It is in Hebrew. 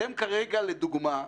אתם כרגע, לדוגמה,